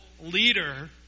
leader